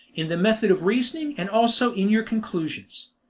in the method of reasoning, and also in your conclusions.